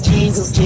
Jesus